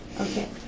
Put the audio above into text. Okay